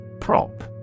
Prop